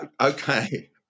Okay